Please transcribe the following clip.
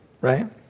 right